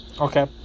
Okay